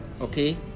Okay